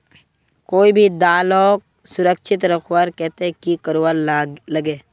कोई भी दालोक सुरक्षित रखवार केते की करवार लगे?